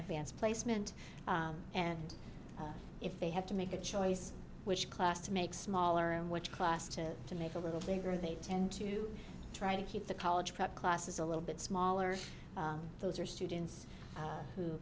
advanced placement and if they have to make a choice which class to make smaller and which class to to make a little bigger they tend to try to keep the college prep classes a little bit smaller those are students who